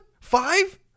Five